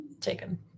taken